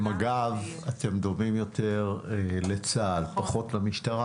במג"ב, אתם דומים יותר לצה"ל, ופחות למשטרה,